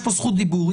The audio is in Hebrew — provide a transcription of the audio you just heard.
יש כאן זכות דיבור,